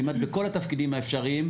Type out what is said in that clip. כמעט בכל התפקידים האפשריים,